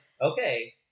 okay